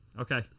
Okay